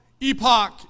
epoch